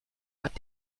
hat